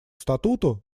статуту